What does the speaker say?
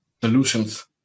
solutions